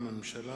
מטעם הממשלה,